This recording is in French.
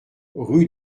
rue